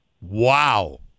Wow